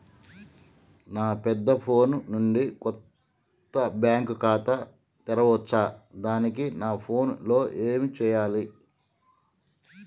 నా పెద్ద ఫోన్ నుండి కొత్త బ్యాంక్ ఖాతా తెరవచ్చా? దానికి నా ఫోన్ లో ఏం చేయాలి?